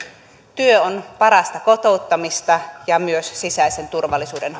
työ on parasta kotouttamista ja myös sisäisen turvallisuuden